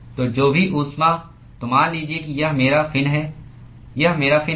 तो जो भी ऊष्मा तो मान लीजिए कि यह मेरा फिन है यह मेरा फिन है